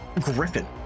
Griffin